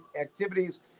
activities